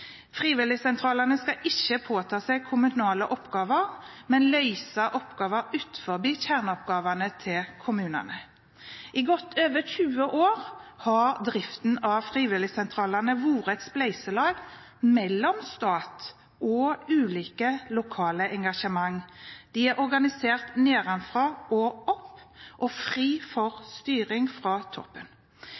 Frivilligsentralene skal ikke påta seg kommunale oppgaver, men løse oppgaver utenfor kjerneoppgavene til kommunene. I godt over 20 år har driften av frivilligsentralene vært et spleiselag mellom staten og ulike lokale engasjement. De er organisert nedenfra og opp og fri for styring fra toppen.